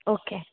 okay